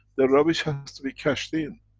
the rubbish has to be cashed in.